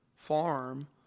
Farm